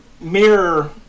mirror